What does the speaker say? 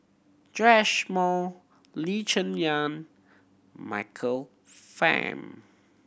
Joash Moo Lee Cheng Yan Michael Fam